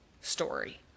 story